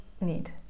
need